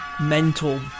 mental